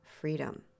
freedom